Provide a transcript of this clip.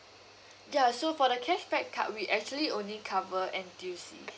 ya so for the cashback card we actually only cover N_T_U_C